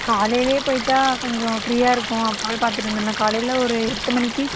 காலையிலே போய்விட்டா கொஞ்சம் ஃப்ரீயாக இருக்கும் அப்போவே பார்த்துட்டு வந்துடலாம் காலையில் ஒரு எட்டு மணிக்கு